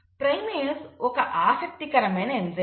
primase ఒక ఆసక్తికరమైన enzyme